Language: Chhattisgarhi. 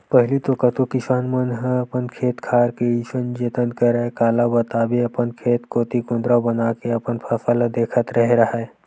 पहिली तो कतको किसान मन ह अपन खेत खार के अइसन जतन करय काला बताबे अपन खेत कोती कुदंरा बनाके अपन फसल ल देखत रेहे राहय